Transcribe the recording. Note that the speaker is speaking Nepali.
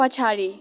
पछाडि